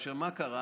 כאשר מה קרה?